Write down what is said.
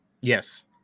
Yes